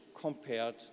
compared